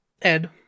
Ed